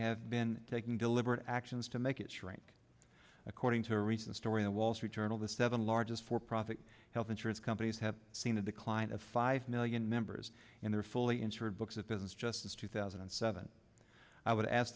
have been taking deliberate actions to make it shrink according to a recent story the wall street journal the seven largest for profit health insurance companies have seen a decline of five million members and their fully insured books of business just as two thousand and seven i would ask